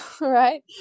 right